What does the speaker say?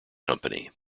company